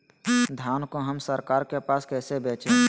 धान को हम सरकार के पास कैसे बेंचे?